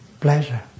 pleasure